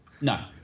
no